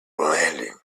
landing